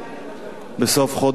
בסוף חודש אוגוסט,